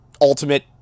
ultimate